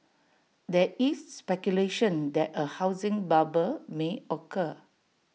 there is speculation that A housing bubble may occur